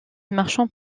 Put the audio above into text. marchant